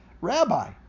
Rabbi